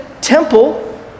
temple